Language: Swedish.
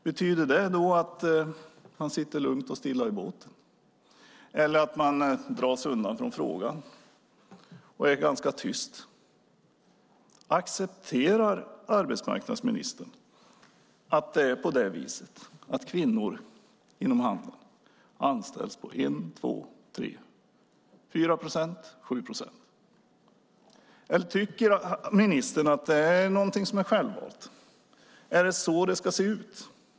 Betyder det att man sitter lugnt och stilla i båten eller att man drar sig undan från frågan och är ganska tyst? Accepterar arbetsmarknadsministern att det är på det viset att kvinnor inom handeln anställs på 1, 2, 3, 4 eller 7 procent? Tycker ministern att det är någonting som är självvalt? Är det så det ska se ut?